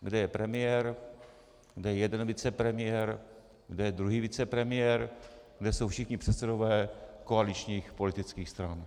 Kde je premiér, kde je jeden vicepremiér, kde je druhý vicepremiér, kde jsou všichni předsedové koaličních politických stran?